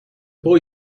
boy